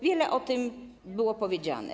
Wiele o tym było powiedziane.